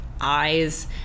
eyes